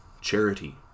charity